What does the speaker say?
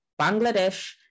Bangladesh